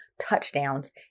touchdowns